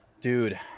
Dude